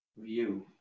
view